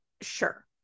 sure